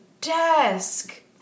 desk